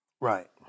Right